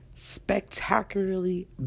spectacularly